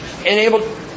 enabled